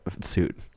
suit